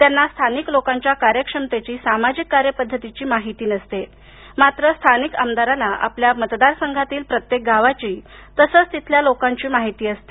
त्यांना स्थानिक लोकांच्या कार्यक्षमतेची सामाजिक कार्यपद्धतीची माहिती नसते मात्र स्थानिक आमदाराला आपल्या मतदारसंघातील प्रत्येक गावाची तसंच तिथल्या लोकांची माहिती असते